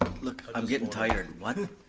look, i'm getting tired.